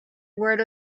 word